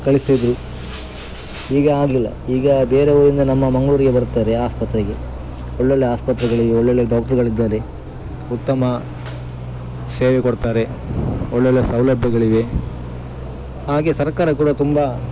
ಕಳಿಸ್ತಿದ್ರು ಈಗ ಆಗಿಲ್ಲ ಈಗ ಬೇರೆ ಊರಿಂದ ನಮ್ಮ ಮಂಗಳೂರಿಗೆ ಬರ್ತಾರೆ ಆಸ್ಪತ್ರೆಗೆ ಒಳ್ಳೊಳ್ಳೆ ಆಸ್ಪತ್ರೆಗಳಿವೆ ಒಳ್ಳೊಳ್ಳೆಯ ಡಾಕ್ಟ್ರುಗಳಿದ್ದಾರೆ ಉತ್ತಮ ಸೇವೆ ಕೊಡ್ತಾರೆ ಒಳ್ಳೊಳ್ಳೆ ಸೌಲಭ್ಯಗಳಿವೆ ಹಾಗೆ ಸರ್ಕಾರ ಕೂಡ ತುಂಬ